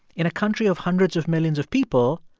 in a country of hundreds of millions of people,